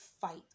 fight